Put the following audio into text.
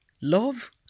love